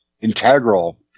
integral